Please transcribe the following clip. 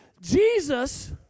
Jesus